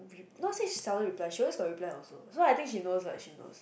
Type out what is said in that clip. not say seldom reply she always got reply also so I think she knows lah she knows